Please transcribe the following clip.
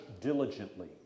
diligently